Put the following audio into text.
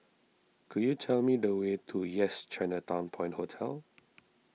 could you tell me the way to Yes Chinatown Point Hotel